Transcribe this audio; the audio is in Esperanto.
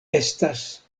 estas